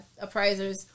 appraisers